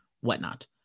whatnot